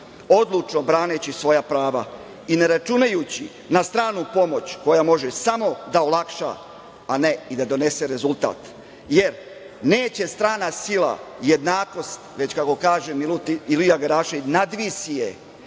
odlučno braneći svoja prava i ne računajući na stranu pomoć koja može samo da olakša, a ne i da donese rezultat, jer neće strana sila jednakost već, kako kaže Ilija Garašanin, nadvisi je.